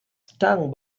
stung